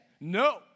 No